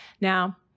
Now